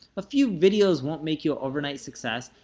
a few videos won't make you a overnight success,